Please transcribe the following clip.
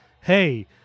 hey